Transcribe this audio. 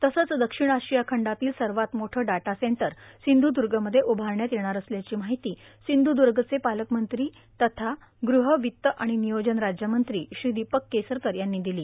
तसंच दक्षिण आर्शिया खंडातील सवात मोठं डाटा सटर र्सिंध्दगमध्ये उभारण्यात येणार असल्याची माहिती संध्दगचे पालकमंत्री तथा गृह वित्त आर्गण राज्यमंत्री श्री दोपक केसरकर यांनी दिलो